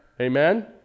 Amen